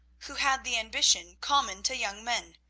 who had the ambition common to young men,